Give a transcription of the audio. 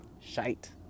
shite